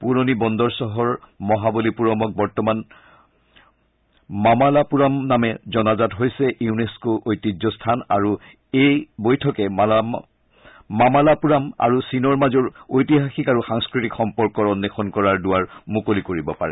পুৰণি বন্দৰ চহৰ মহাবলীপুৰমক বৰ্তমান মামালাপুৰাম নামে জনাজাত হৈছে ইউনেস্ক ঐতিহ্যস্থান আৰু এই বৈঠকে মামালাপুৰাম আৰু চীনৰ মাজৰ ঐতিহাসিক আৰু সাংস্কৃতিক সম্পৰ্কৰ অন্বেষন কৰাৰ দুৱাৰ মুকলি কৰিব পাৰে